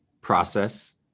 process